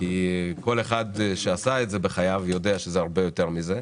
כל אחד שעשה את זה בחייו יודע שזה הרבה יותר מזה,